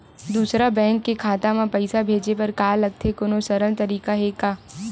दूसरा बैंक के खाता मा पईसा भेजे बर का लगथे कोनो सरल तरीका हे का?